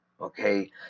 okay